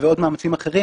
ועוד מאמצים אחרים,